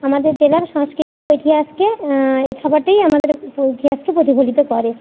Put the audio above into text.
আমাদের জেলার সংস্কৃতি ও ইতিহাসকে এই খাবারটাই আমাদের প ইতিহাসকে প্রতিফলিত করে